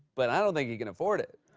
but i don't think he can afford it.